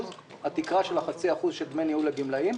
את התקרה של חצי אחוז של דמי ניהול לגמלאים,